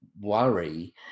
worry